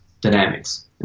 dynamics